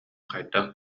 хайдах